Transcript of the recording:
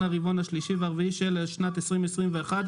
הרבעון השלישי והרבעון הרביעי של שנת 2021,